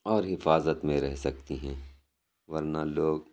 اور حفاظت میں رہ سکتی ہیں ورنہ لوگ